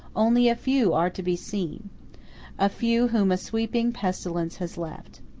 only a few are to be seen a few whom a sweeping pestilence has left.